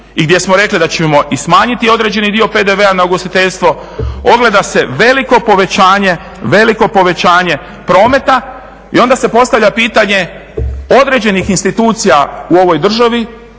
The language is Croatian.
i gdje smo rekli da ćemo i smanjiti određeni dio PDV-a na ugostiteljstvo ogleda se veliko povećanje prometa. I onda se postavlja pitanje određenih institucija u ovoj državi